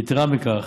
יתרה מכך,